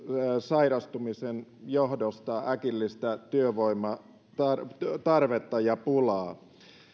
sairastumisen johdosta äkillistä työvoimatarvetta ja pulaa